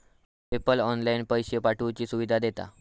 PayPal online पैशे पाठवुची सुविधा देता